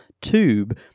tube